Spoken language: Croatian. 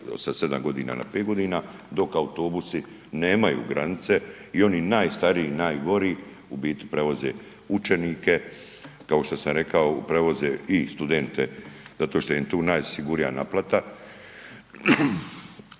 sa 7.g. na 5.g., dok autobusi nemaju granice i oni najstariji i najgori u biti prevoze učenike kao što sam rekao prevoze i studente zato što im je tu najsigurnija naplata,